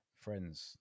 friends